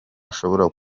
ashobora